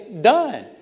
done